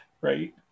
Right